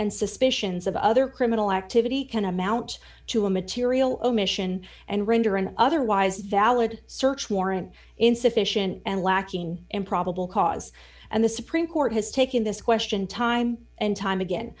and suspicions of other criminal activity can amount to a material omission and render an otherwise valid search warrant insufficient and lacking in probable cause and the supreme court has taken this question time and time again